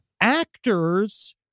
Actors